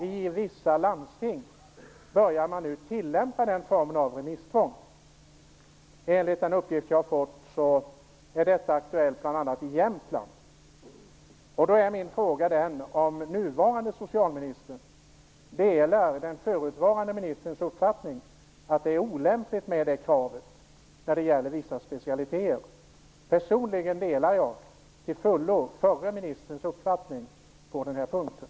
I vissa landsting börjar man nu tillämpa denna form av remisstvång - enligt en uppgift som jag har fått är detta aktuellt bl.a. i Jämtland. Då är min fråga om den nuvarande socialministern delar den förutvarande socialministerns uppfattning, att det är olämpligt med kravet på remisstvång när det gäller vissa specialister. Personligen delar jag till fullo den förra ministerns uppfattning på den punkten.